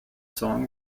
song